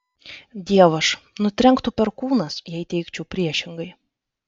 dievaž nutrenktų perkūnas jei teigčiau priešingai